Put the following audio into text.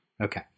Okay